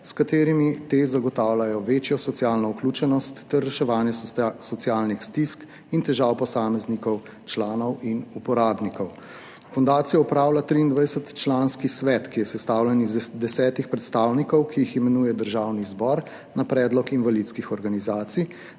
s katerimi te zagotavljajo večjo socialno vključenost ter reševanje socialnih stisk in težav posameznikov, članov in uporabnikov. Fundacijo upravlja 23-članski svet, ki je sestavljen iz desetih predstavnikov, ki jih imenuje Državni zbor na predlog invalidskih organizacij,